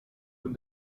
von